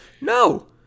No